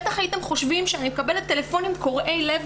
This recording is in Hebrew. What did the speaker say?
בטח הייתם חושבים שאני מקבלת טלפונים קורעי לב